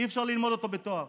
אי-אפשר ללמוד אותו בתואר.